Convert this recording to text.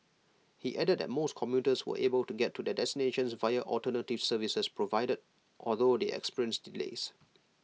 he added that most commuters were able to get to their destinations via alternative services provided although they experienced delays